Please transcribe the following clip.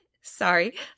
Sorry